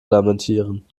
lamentieren